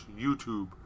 YouTube